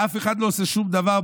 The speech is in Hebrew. ואף אחד לא עושה שום דבר,